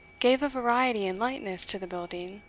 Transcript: gave a variety and lightness to the building.